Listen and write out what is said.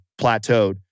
plateaued